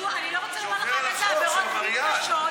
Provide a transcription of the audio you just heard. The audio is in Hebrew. ואני לא רוצה לומר לך על איזה עבירות מין קשות,